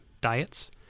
diets